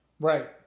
Right